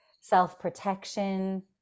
self-protection